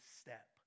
step